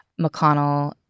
McConnell